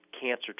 cancer